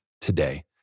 today